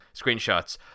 screenshots